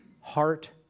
heart